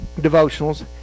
devotionals